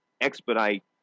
expedite